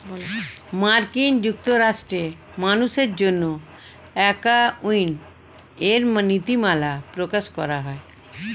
মার্কিন যুক্তরাষ্ট্রে মানুষের জন্য অ্যাকাউন্টিং এর নীতিমালা প্রকাশ করা হয়